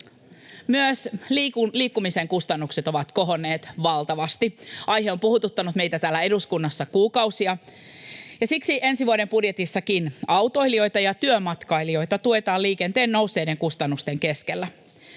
Myös liikkumisen kustannukset ovat kohonneet valtavasti. Aihe on puhuttanut meitä täällä eduskunnassa kuukausia, ja siksi ensi vuoden budjetissakin autoilijoita ja työmatkailijoita tuetaan liikenteen nousseiden kustannusten keskellä.